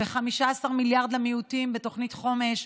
15 מיליארד למיעוטים בתוכנית חומש,